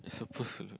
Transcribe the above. you're supposed to look